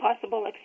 possible